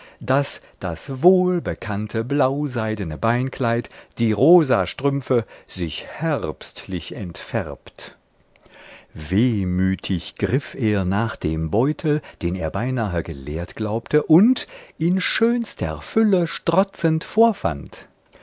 daß das wohlbekannte blauseidne beinkleid die rosastrümpfe sich herbstlich entfärbt wehmütig griff er nach dem beutel den er beinahe geleert glaubte und in schönster fülle strotzend vorfand